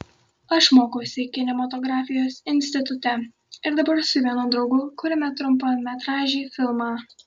aš mokausi kinematografijos institute ir dabar su vienu draugu kuriame trumpametražį filmą